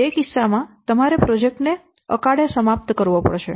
તેથી તે કિસ્સા માં તમારે પ્રોજેક્ટ ને અકાળે સમાપ્ત કરવો પડશે